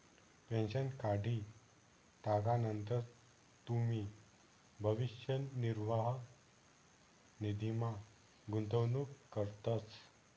pension काढी टाकानंतर तुमी भविष्य निर्वाह निधीमा गुंतवणूक करतस